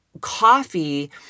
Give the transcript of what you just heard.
coffee